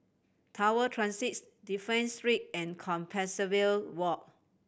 Tower Transit Dafne Street and Compassvale Walk